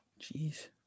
jeez